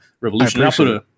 Revolution